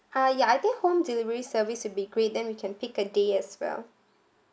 ah ya I think home delivery service will be great then we can pick a day as well